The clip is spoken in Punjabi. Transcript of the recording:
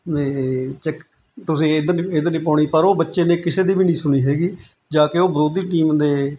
ਵੀ ਚੈਕ ਤੁਸੀਂ ਇੱਧਰ ਨਹੀਂ ਇੱਧਰ ਨਹੀਂ ਪਾਉਣੀ ਪਰ ਉਹ ਬੱਚੇ ਨੇ ਕਿਸੇ ਦੀ ਵੀ ਨਹੀਂ ਸੁਣੀ ਹੈਗੀ ਜਾ ਕੇ ਉਹ ਵਿਰੋਧੀ ਟੀਮ ਦੇ